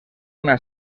una